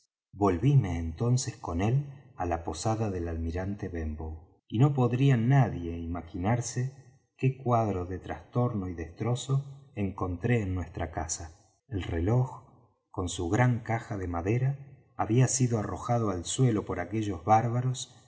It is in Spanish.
mías volvíme entonces con él á la posada del almirante benbow y no podría nadie imaginarse qué cuadro de trastorno y destrozo encontré en nuestra casa el reloj con su gran caja de madera había sido arrojado al suelo por aquellos bárbaros